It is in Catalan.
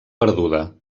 perduda